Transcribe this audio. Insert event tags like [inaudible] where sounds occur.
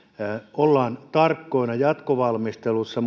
ollaan tarkkoina jatkovalmistelussa [unintelligible]